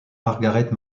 margaret